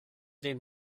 den